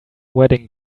wedding